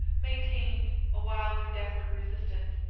maintained awhile their desperate resistance.